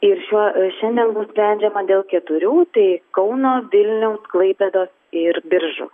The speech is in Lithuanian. ir šiuo šiandien bus sprendžiama dėl keturių tai kauno vilniaus klaipėdos ir biržų